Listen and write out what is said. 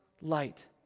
light